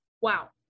Wow